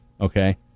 Okay